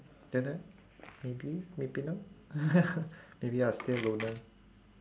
don't know maybe maybe not maybe I'll still loner